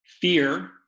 fear